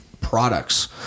products